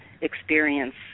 experience